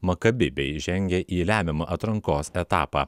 maccabi bei žengė į lemiamą atrankos etapą